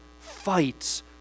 fights